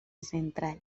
central